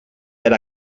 per